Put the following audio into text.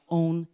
own